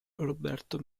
roberto